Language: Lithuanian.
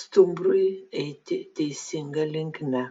stumbrui eiti teisinga linkme